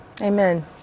Amen